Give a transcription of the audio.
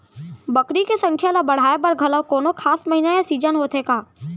बकरी के संख्या ला बढ़ाए बर घलव कोनो खास महीना या सीजन होथे का?